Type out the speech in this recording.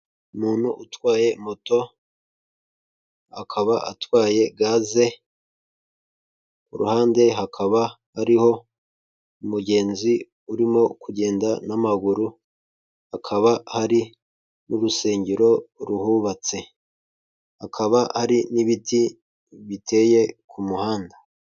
Umuntu utwaye moto, akaba atwaye gaze, ku ruhande hakaba hariho umugenzi urimo kugenda n'amaguru, hakaba hari n'urusengero ruhubatse. Hakaba hari n'ibiti biteye ku muhanda.